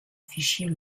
fichiers